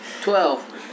Twelve